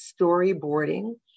storyboarding